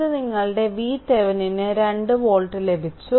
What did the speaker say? ഇത് നിങ്ങളുടെ VThevenin ന് 2 വോൾട്ട് ലഭിച്ചു